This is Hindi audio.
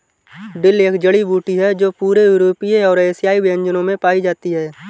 डिल एक जड़ी बूटी है जो पूरे यूरोपीय और एशियाई व्यंजनों में पाई जाती है